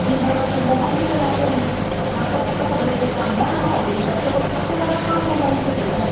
दिन भर वो बस मोबाईल ही चलते रहेंगे माता पिता को भले ही कोई काम हो न हो बच्चों को तो सबसे ज़्यादा काम मोबाईल से रहता है